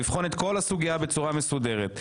לבחון את כל הסוגייה בצורה מסודרת.